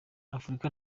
afurika